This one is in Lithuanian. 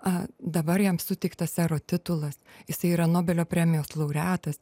dabar jam suteiktas sero titulas jis yra nobelio premijos laureatas